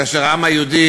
כאשר העם היהודי,